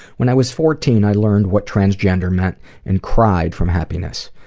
when i was fourteen i learned what transgender meant and cried from happiness.